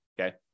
Okay